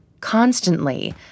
constantly